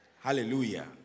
Hallelujah